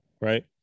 right